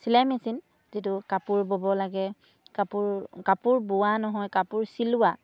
চিলাই মেচিন যিটো কাপোৰ বব লাগে কাপোৰ কাপোৰ বোৱা নহয় কাপোৰ চিলোৱা